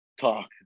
talk